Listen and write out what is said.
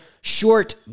Short